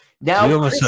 now